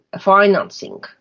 financing